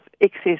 excess